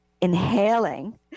inhaling